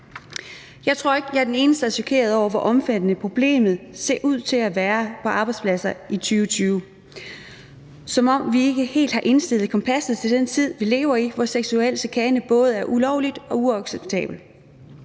Jeg tror ikke, jeg er den eneste, der er chokeret over, hvor omfattende problemet ser ud til at være på arbejdspladser i 2020. Det er, som om vi ikke helt har indstillet kompasset til den tid, vi lever i, hvor seksuel chikane både er ulovligt og uacceptabelt.